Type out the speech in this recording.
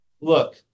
look